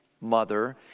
mother